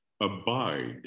Abide